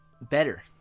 better